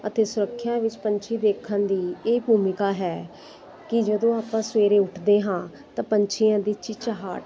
ਅਤੇ ਸੁਰੱਖਿਆ ਵਿੱਚ ਪੰਛੀ ਦੇਖਣ ਦੀ ਇਹ ਭੂਮਿਕਾ ਹੈ ਕਿ ਜਦੋਂ ਆਪਾਂ ਸਵੇਰੇ ਉੱਠਦੇ ਹਾਂ ਤਾਂ ਪੰਛੀਆਂ ਦੀ ਚਹਿਚਹਾਟ